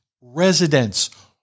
Residents